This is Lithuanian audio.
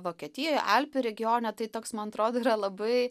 vokietijoj alpių regione tai toks man atrodė yra labai